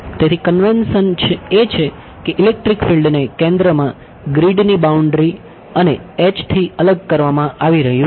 તેથી કન્વેન્શન અને થી અલગ કરવામાં આવી રહ્યું છે